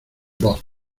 voz